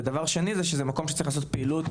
ודבר שני שזה מקום שצריך לבצע בו פעילות